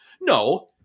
No